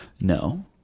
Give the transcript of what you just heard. No